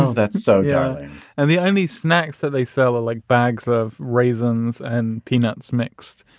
that's so yeah and the only snacks that they sell are like bags of raisins and peanuts mixed.